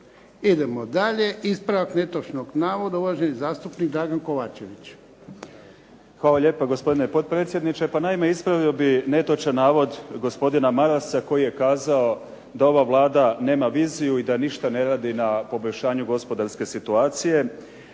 Idemo dalje. Ispravak netočnog navoda, uvaženi zastupnik Dragan Kovačević. **Kovačević, Dragan (HDZ)** Hvala lijepo gospodine potpredsjedniče. Pa naime ispravio bih netočan navod gospodina Marasa koji je kazao da ova Vlada nema viziju i da ništa ne radi na poboljšanju gospodarske situacije.